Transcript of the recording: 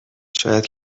شاید